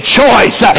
choice